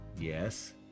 yes